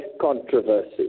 controversy